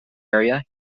area